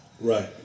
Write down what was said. Right